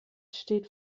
steht